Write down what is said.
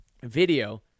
video